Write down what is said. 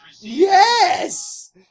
Yes